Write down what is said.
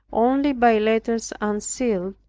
only by letters unsealed,